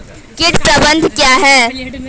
कीट प्रबंधन क्या है?